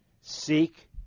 Seek